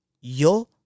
Yo